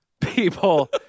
people